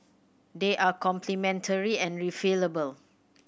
they are complementary and refillable